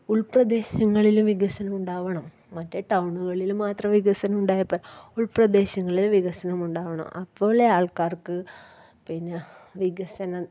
ഉൾപ്രദേശങ്ങളില് വികസനം ഉണ്ടാവണം മറ്റേ ടൗണുകളിൽ മാത്രം വികസനം ഉണ്ടായാൽ പോര ഉൾപ്രദേശങ്ങളിൽ വികസനമുണ്ടാകണം അപ്പോഴല്ലേ ആൾക്കാർക്ക് പിന്നെ വികസന